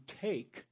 take